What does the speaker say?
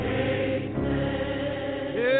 amen